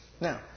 Now